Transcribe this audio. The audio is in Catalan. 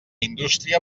indústria